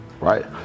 right